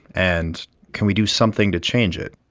and can we do something to change it?